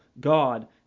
God